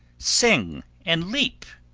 sing, and leap.